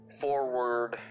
forward